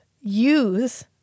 use